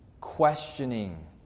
Questioning